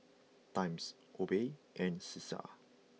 Times Obey and Cesar